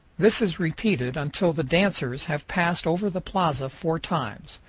this is repeated until the dancers have passed over the plaza four times.